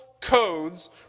codes